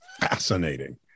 Fascinating